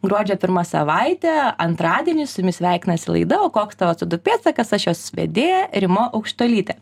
gruodžio pirmą savaitę antradienį su jumis sveikinasi laida o koks tavo co du pėdsakas aš jos vedėja rima aukštuolytė